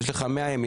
יש לך 100 ימים,